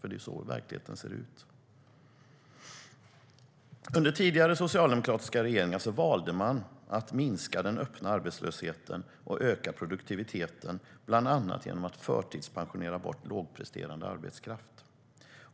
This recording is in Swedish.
Det är så verkligheten ser ut. Under tidigare socialdemokratiska regeringar valde man att minska den öppna arbetslösheten och öka produktiviteten bland annat genom att förtidspensionera bort lågpresterande arbetskraft.